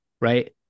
right